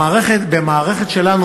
במערכת שלנו,